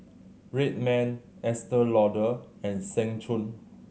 Red Man Estee Lauder and Seng Choon